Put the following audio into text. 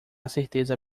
certeza